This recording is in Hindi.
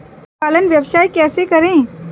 पशुपालन का व्यवसाय कैसे करें?